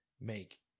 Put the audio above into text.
make